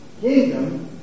kingdom